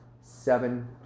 seven